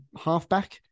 halfback